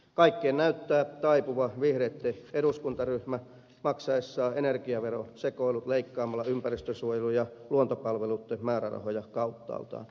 kaikkeen näyttää taipuvan vihreitten eduskuntaryhmä maksaessaan energiaverosekoilut leikkaamalla ympäristönsuojelu ja luontopalveluitten määrärahoja kauttaaltaan